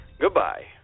Goodbye